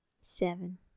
Seven